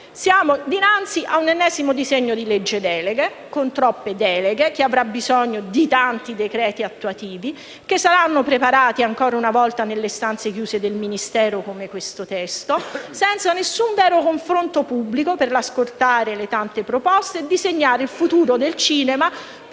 Siamo dinanzi a un ennesimo disegno di legge delega con troppe deleghe, che avrà bisogno di decreti attutivi, che saranno preparati ancora una volta nel chiuso delle stanze del Ministero, come questo testo, senza alcun vero confronto pubblico per ascoltare le tante proposte e disegnare il futuro del cinema,